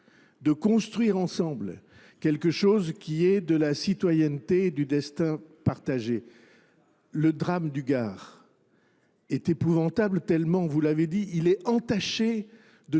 de construire ensemble quelque chose qui est de la citoyenneté et du destin partagé. Le drame du Gard est épouvantable tellement, vous l'avez dit, il est entaché de